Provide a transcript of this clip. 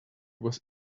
was